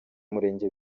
murenge